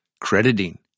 crediting